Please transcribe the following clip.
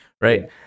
right